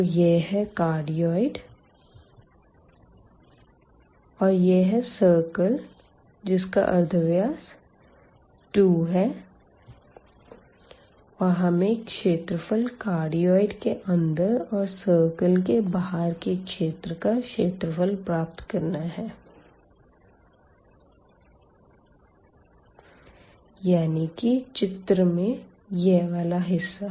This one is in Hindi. तो यह है कार्डियाड और यह है सर्किल जिसका अर्धव्यास 2 है और हमें क्षेत्रफल कार्डियाड के अंदर और सर्किल के बाहर के क्षेत्र का क्षेत्रफल प्राप्त करना है यानी कि चित्र में यह वाला हिस्सा